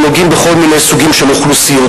כי נוגעים בכל מיני סוגים של אוכלוסיות.